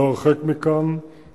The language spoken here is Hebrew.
לא הרחק משם,